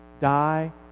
die